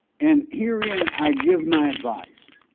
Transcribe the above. and here in i give my advice,